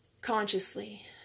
Consciously